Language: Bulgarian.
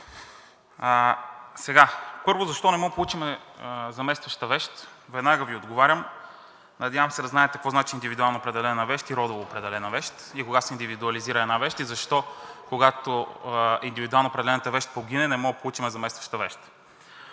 Първо, защо не можем да получим заместваща вещ? Веднага Ви отговарям. Надявам се да знаете какво значи индивидуално определена вещ и родово определена вещ, кога се индивидуализира една вещ и защо, когато индивидуално определената вещ погине, не можем да получим заместваща вещ.